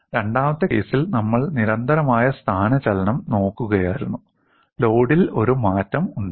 രണ്ടാമത്തെ കേസിൽ നമ്മൾ നിരന്തരമായ സ്ഥാനചലനം നോക്കുകയായിരുന്നു ലോഡിൽ ഒരു മാറ്റം ഉണ്ടായിരുന്നു